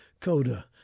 Coda